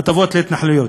הטבות להתנחלויות.